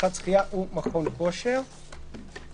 בריכת שחייה ומכון כושר,(3)